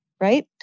right